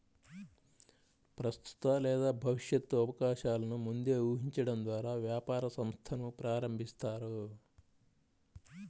ప్రస్తుత లేదా భవిష్యత్తు అవకాశాలను ముందే ఊహించడం ద్వారా వ్యాపార సంస్థను ప్రారంభిస్తారు